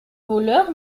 voleur